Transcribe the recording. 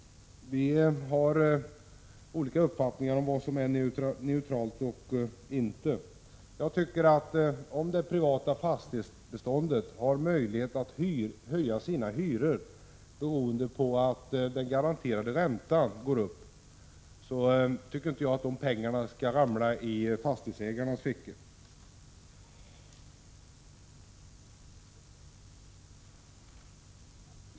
Vi har olika uppfattningar om vad som är neutralt och inte. Om det privata fastighetsbeståndet har möjlighet att höja sina hyror beroende på att den garanterade räntan går upp, anser inte jag att dessa pengar skall hamna i fastighetsägarnas fickor.